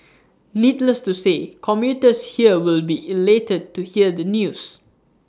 needless to say commuters here will be elated to hear the news